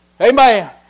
Amen